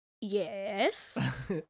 yes